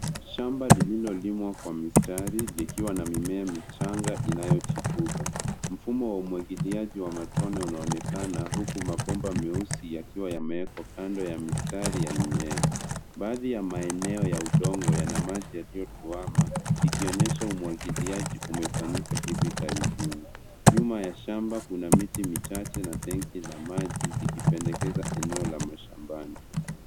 Shamba lililolimwa kwa mistari likiwa na mimea michanga inayochipuka. Mfumo wa umwagiliaji wa matone unaonekana huku mabomba meusi yakiwa yameekwa kando ya mistari ya mimea. Baadhi ya maeneo ya udongo yana maji yaliyotuama, ikionyesha umwagiliaji umefanyika hivi karibuni. Nyuma ya shamba kuna miti michache na tenki la maji likipendekeza eneo la mashambani.